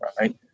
right